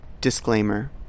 Disclaimer